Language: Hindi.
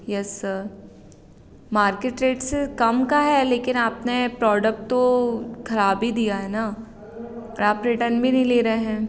येस सर मार्केट रेट से कम का है लेकिन आपने प्रॉडक्ट तो ख़राब ही दिया है ना और आप रिटर्न भी नहीं ले रहे हैं